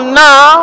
now